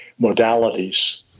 modalities